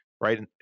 right